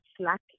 slack